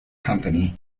company